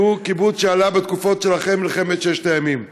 שעלה בתקופה שאחרי מלחמת ששת הימים.